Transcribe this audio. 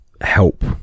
help